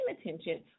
attention